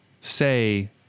Say